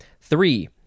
Three